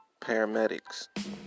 paramedics